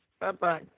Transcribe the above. Bye-bye